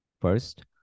First